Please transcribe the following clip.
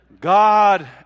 God